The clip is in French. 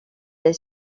est